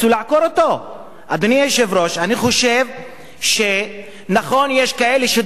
אני חושב שנכון שיש כאלה שדואגים לתושבים בדרום תל-אביב,